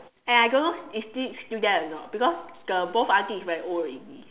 and I don't know if still still there or not because the both aunty is very old already